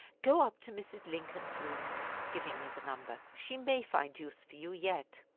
go up to mrs. lincoln's room giving me the number she may find use for you yet.